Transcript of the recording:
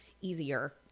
easier